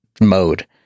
mode